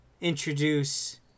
introduce